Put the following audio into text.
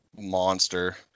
monster